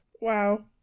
Wow